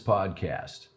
Podcast